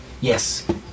Yes